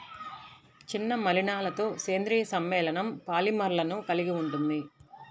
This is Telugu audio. చిన్న మలినాలతోసేంద్రీయ సమ్మేళనంపాలిమర్లను కలిగి ఉంటుంది